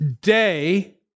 day